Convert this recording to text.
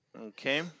Okay